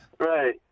Right